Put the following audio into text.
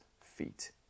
feet